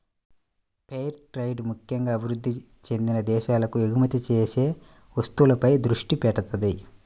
fair trade ముక్కెంగా అభివృద్ధి చెందిన దేశాలకు ఎగుమతి చేసే వస్తువులపై దృష్టి పెడతది